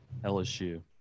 LSU